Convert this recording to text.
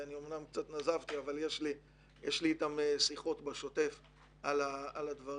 שאני אומנם קצת נזפתי אבל יש לי איתם שיחות בשוטף על הדברים,